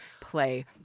play